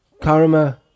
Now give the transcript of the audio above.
karma